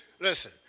listen